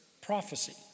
prophecy